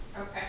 Okay